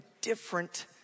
different